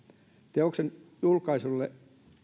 teoksen julkaisseelle